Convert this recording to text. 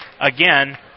again